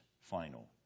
final